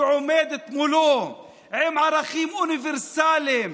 שעומדת מולו עם ערכים אוניברסליים,